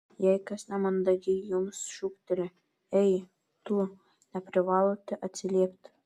jei kas nemandagiai jums šūkteli ei tu neprivalote atsiliepti